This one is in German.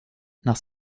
nach